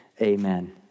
amen